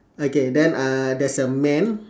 okay then uh there's a man